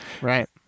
Right